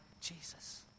Jesus